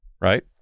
right